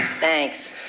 Thanks